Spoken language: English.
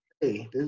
hey